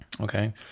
Okay